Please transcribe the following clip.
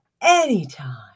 anytime